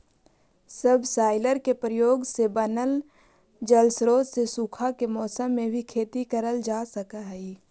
subsoiler के प्रयोग से बनल जलस्रोत से सूखा के मौसम में भी खेती करल जा सकऽ हई